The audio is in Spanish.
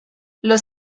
los